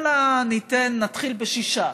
אלא נתחיל בשישה.